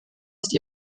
ist